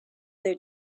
their